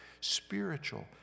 spiritual